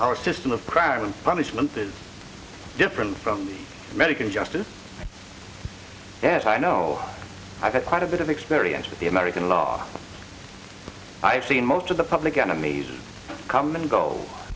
our system of prayer and punishment is different from american justice yet i know i've had quite a bit of experience with the american law i've seen most of the public enemies of common goal